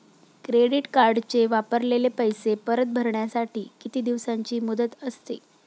Credit कार्डचे वापरलेले पैसे परत भरण्यासाठी किती दिवसांची मुदत असते?